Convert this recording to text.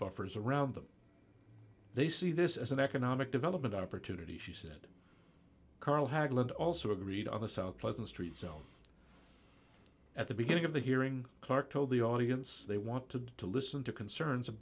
buffers around them they see this as an economic development opportunity she said carl haglund also agreed on the south pleasant street so at the beginning of the hearing clarke told the audience they want to to listen to concerns